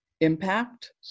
impact